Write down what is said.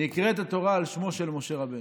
נקראת התורה על שמו של משה רבנו.